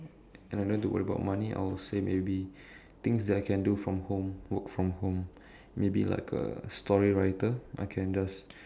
and I don't have to worry about money I would say maybe things that I can do from home work from home maybe like a story writer I can just